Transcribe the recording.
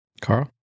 Carl